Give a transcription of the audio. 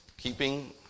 keeping